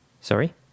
Sorry